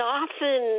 often